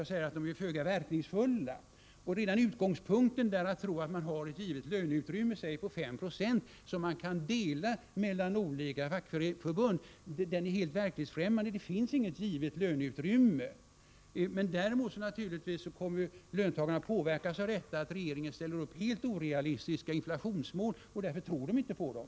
Jag säger att de är föga verkningsfulla. Redan utgångspunkten, att tro att man har ett givet löneutrymme på 596 som kan delas mellan olika fackförbund, är helt verklighetsfrämmande. Det finns inget givet löneutrymme. Däremot kommer naturligtvis löntagarna att påverkas av att regeringen ställer upp helt orealistiska inflationsmål — de tror inte på dem.